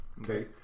okay